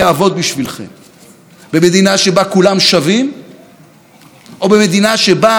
או במדינה שבה אפילו את הגיוס לצה"ל ממשכנים בשביל פוליטיקה זעירה?